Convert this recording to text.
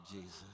Jesus